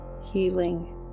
healing